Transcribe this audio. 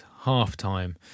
half-time